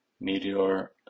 meteor